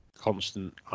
constant